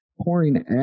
pouring